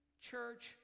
church